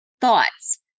thoughts